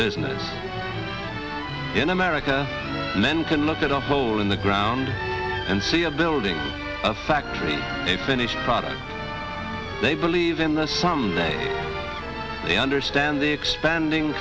business in america men can look at our poll in the ground and see a building a factory a finished product they believe in this someday they understand the expanding